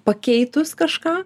pakeitus kažką